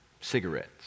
cigarettes